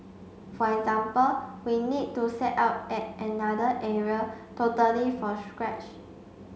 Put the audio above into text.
for example we need to set up at another area totally from scratch